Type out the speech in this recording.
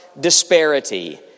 disparity